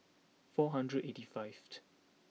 four hundred eighty fifth